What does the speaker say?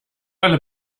alle